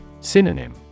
Synonym